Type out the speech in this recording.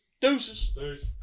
Deuces